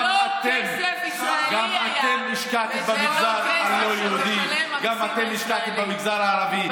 זה לא כסף של משלם המיסים הישראלי.